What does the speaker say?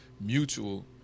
mutual